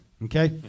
Okay